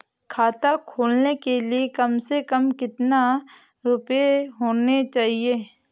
खाता खोलने के लिए कम से कम कितना रूपए होने चाहिए?